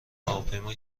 هواپیما